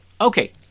Okay